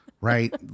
Right